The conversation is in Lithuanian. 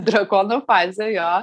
drakono fazė jo